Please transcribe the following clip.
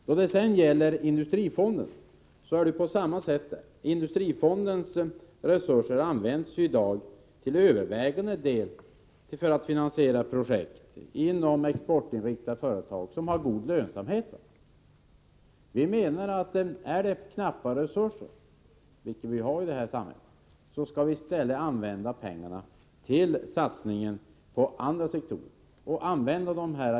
När det gäller Industrifonden är det på samma sätt. Industrifondens resurser används ju i dag till övervägande delen för att finansiera projekt inom exportinriktade företag som har god lönsamhet. Vi menar att när resurserna är knappa — vilket de är i vårt samhälle — skall man i stället använda pengarna till satsningar på andra sektorer.